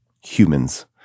humans